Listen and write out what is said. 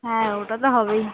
হ্যাঁ ওটা তো হবেই